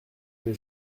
des